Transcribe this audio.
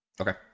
Okay